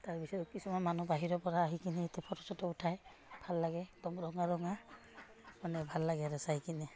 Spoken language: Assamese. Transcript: তাৰ পিছত কিছুমান মানুহ বাহিৰৰপৰা আহি কিনে ইয়াতে ফটো চটো উঠায় ভাল লাগে একদম ৰঙা ৰঙা মানে ভাল লাগে আৰু চাই কিনে